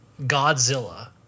Godzilla